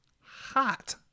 hot